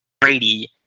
Brady